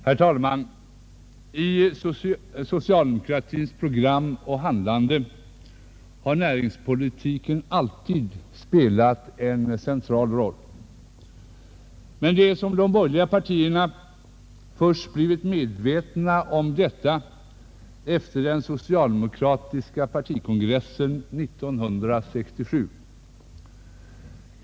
Herr talman! I socialdemokratins program och handlande har näringspolitiken alltid spelat en central roll. Men det är som om de borgerliga partierna blivit medvetna om detta först efter den socialdemokratiska partikongressen 1967.